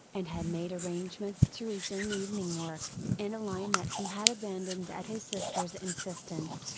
and had made arrangements to resume evening work, in a line that he had abandoned at his sister's insistence,